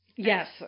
Yes